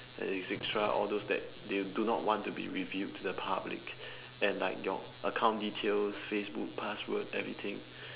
etcetera all those that they do not want to be revealed to the public and like your account details Facebook password everything